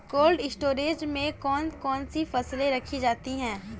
Cold storage में कौन कौन सी फसलें रखी जाती हैं?